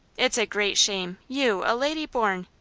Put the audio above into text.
it's a great shame you, a lady born.